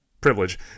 Privilege